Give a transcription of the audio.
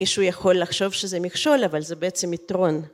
איש הוא יכול לחשוב שזה מכשול אבל זה בעצם יתרון